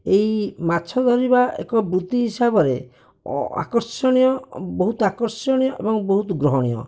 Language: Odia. ଏହି ମାଛ ଧରିବା ଏକ ବୃତ୍ତି ହିସାବରେ ଆକର୍ଷଣୀୟ ବହୁତ ଆକର୍ଷଣୀୟ ଏବଂ ବହୁତ ଗ୍ରହଣୀୟ